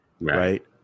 right